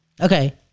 Okay